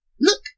Look